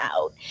out